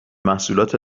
محصولات